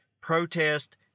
protest